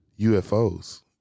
UFOs